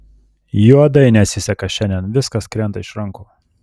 juodai nesiseka šiandien viskas krenta iš rankų